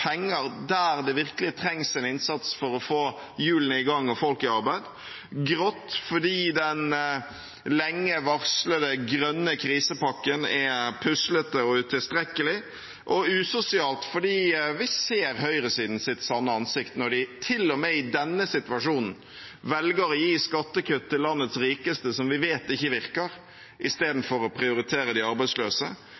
der det virkelig trengs en innsats for å få hjulene i gang og folk i arbeid, grått fordi den lenge varslede grønne krisepakken er puslete og utilstrekkelig, og usosialt fordi vi ser høyresidens sanne ansikt når de til og med i denne situasjonen velger å gi skattekutt til landets rikeste som vi vet ikke virker,